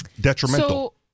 detrimental